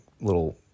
little